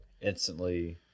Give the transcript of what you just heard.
instantly –